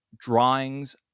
drawings